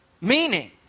Meaning